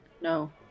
No